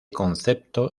concepto